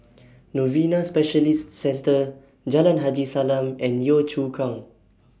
Novena Specialist Centre Jalan Haji Salam and Yio Chu Kang